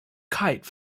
kite